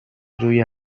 روی